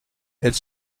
elles